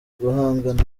guhangana